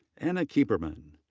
anna keeperman.